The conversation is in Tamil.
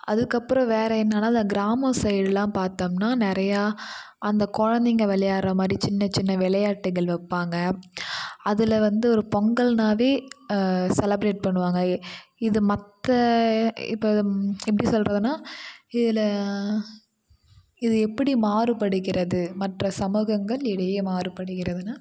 அதுக்கப்புறோம் வேற என்னனா இந்த கிராமம் சைடுலாம் பார்த்தம்னா நிறைய அந்த குழந்தைங்க விளையாடுற மாதிரி சின்ன சின்ன விளையாட்டுகள் வைப்பாங்க அதில் வந்து ஒரு பொங்கல்னாவே செலப்ரேட் பண்ணுவாங்க இது மற்ற இப்போ எப்படி சொல்றதுனா இதில் இது எப்படி மாறுபடுகிறது மற்ற சமூகங்கள் இடையே மாறுபடுகிறதுனா